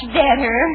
better